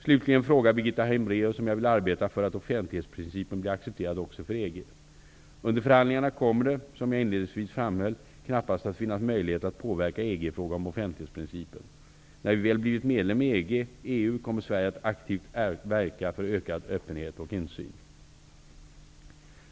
Slutligen frågar Birgitta Hambraeus om jag vill arbeta för att offentlighetsprincipen blir accepterad också för EG. Under förhandlingarna kommer det -- som jag inledningsvis framhöll -- knappast att finnas möjlighet att påverka EG i frågan om offentlighetsprincipen. När vi väl blivit medlem i EG/EU kommer Sverige att aktivt verka för ökad öppenhet och insyn.